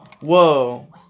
whoa